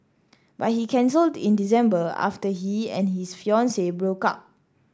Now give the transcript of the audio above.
but he cancelled in December after he and his fiancee broke up